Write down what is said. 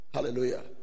Hallelujah